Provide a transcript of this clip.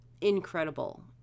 incredible